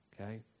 Okay